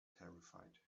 terrified